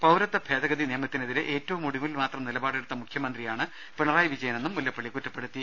പൌരത്വ ഭേദഗതി നിയമത്തിനെതിരെ ഏറ്റവുമൊടുവിൽ മാത്രം നിലപാടെടുത്ത മുഖ്യമന്ത്രിയാണ് പിണറായി വിജയനെന്നും മുല്ലപ്പള്ളി പറഞ്ഞു